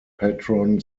patron